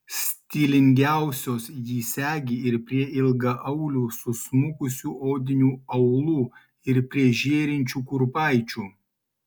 stilingiausios jį segi ir prie ilgaaulių susmukusiu odiniu aulu ir prie žėrinčių kurpaičių